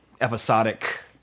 episodic